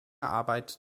arbeit